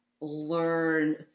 learn